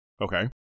Okay